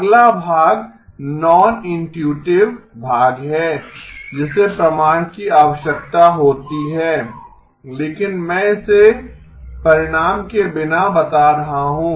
अगला भाग non intuitive भाग है जिसे प्रमाण की आवश्यकता होती है लेकिन मैं इसे परिणाम के बिना बता रहा हूँ